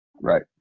Right